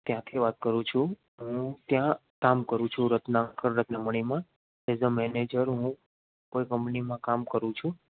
ત્યાંથી વાત કરું છું હું ત્યાં કામ કરું છું રત્નાકર્ણક મણીમાં મેનેજર હૂઁ કોઈ કંપનીમાં કામ કરું છું